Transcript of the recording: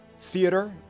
Theater